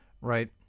right